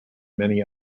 many